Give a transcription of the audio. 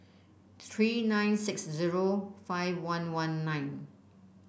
three nine six zero five one one nine